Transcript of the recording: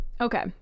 Okay